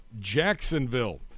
Jacksonville